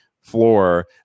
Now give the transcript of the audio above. floor